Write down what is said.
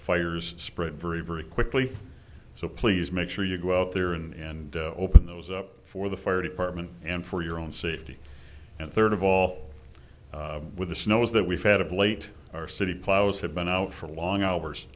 fires spread very very quickly so please make sure you go out there and open those up for the fire department and for your own safety and third of all with the snow was that we've had of late our city plows have been out for long hours